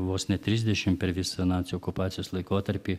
vos ne trisdešimt per visą nacių okupacijos laikotarpį